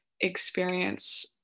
experience